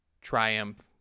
triumph